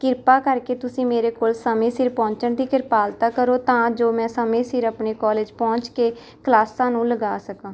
ਕ੍ਰਿਪਾ ਕਰਕੇ ਤੁਸੀਂ ਮੇਰੇ ਕੋਲ ਸਮੇਂ ਸਿਰ ਪਹੁੰਚਣ ਦੀ ਕ੍ਰਿਪਾਲਤਾ ਕਰੋ ਤਾਂ ਜੋ ਮੈਂ ਸਮੇਂ ਸਿਰ ਆਪਣੇ ਕਾਲਜ ਪਹੁੰਚ ਕੇ ਕਲਾਸਾਂ ਨੂੰ ਲਗਾ ਸਕਾਂ